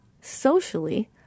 socially